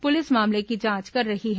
police मामले की जांच कर रही है